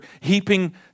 heaping